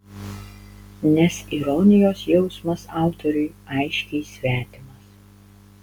nes ironijos jausmas autoriui aiškiai svetimas